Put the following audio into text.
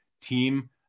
Team